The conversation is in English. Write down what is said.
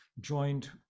joined